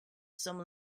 some